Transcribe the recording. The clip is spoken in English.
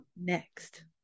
next